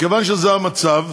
מכיוון שזה המצב,